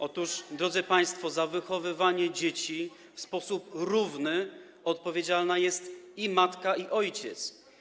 Otóż, drodzy państwo, za wychowywanie dzieci w sposób równy odpowiedzialni są i matka, i ojciec.